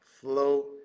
Flow